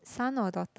son or daughter